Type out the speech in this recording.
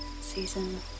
Season